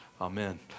Amen